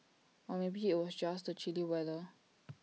or maybe IT was just the chilly weather